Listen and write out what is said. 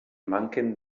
manquen